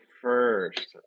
first